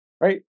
right